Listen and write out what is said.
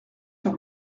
sur